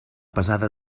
pesada